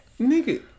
Nigga